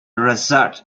result